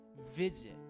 Visit